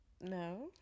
No